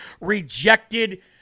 rejected